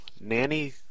nanny